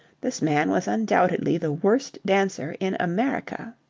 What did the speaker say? this man was undoubtedly the worst dancer in america.